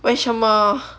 为什么